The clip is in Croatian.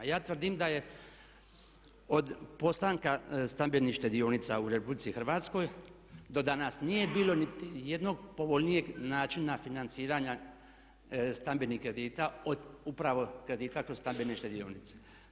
Ja tvrdim da je od postanka stambenih štedionica u RH do danas nije bilo niti jednog povoljnijeg načina financiranja stambenih kredita od upravo kredita kroz stambene štedionice.